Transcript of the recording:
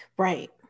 Right